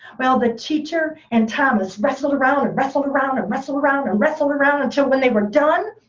well, the teacher and thomas wrestled around, and wrestled around, and wrestled around, and wrestled around until when they were done,